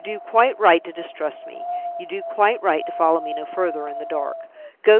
you do quite right to distrust me you do quite right to follow me no further in the dark.